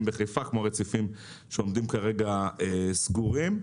בחיפה כמו הרציפים שעומדים כרגע סגורים.